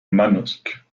manosque